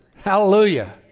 Hallelujah